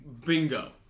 Bingo